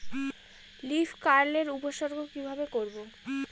Leaf curl এর উপসর্গ কিভাবে করব?